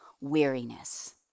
weariness